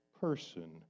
person